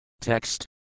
Text